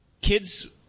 kids